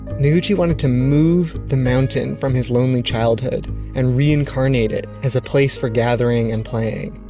noguchi wanted to move the mountain from his lonely childhood and reincarnate it as a place for gathering and playing,